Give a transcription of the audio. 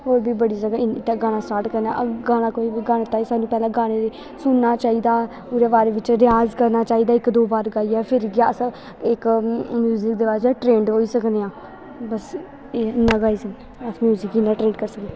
होर बी बड़ी जगह् इं'दे ते गाना स्टार्ट करना गाना कोई बी गाने ताईं सानूं पैह्लें गाने दी सुनना चाहिदा ओह्दे बाद बिच्च रिआज करना चाहिदा इक दो बार गाइयै फिर गै अस इक म्यूजिक दे वास्तै ट्रेन्ड होई सकने आं बस इन्ना गाई सकने अस म्यूजिक गी इन्ना ट्रीट करनी सकने